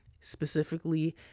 specifically